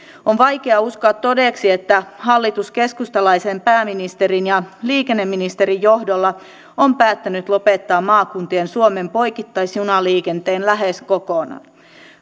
on vaikea uskoa todeksi että hallitus keskustalaisen pääministerin ja liikenneministerin johdolla on päättänyt lopettaa maakuntien suomen poikittaisjunaliikenteen lähes kokonaan